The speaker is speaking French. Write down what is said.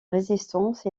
résistance